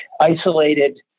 isolated